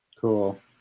Cool